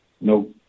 No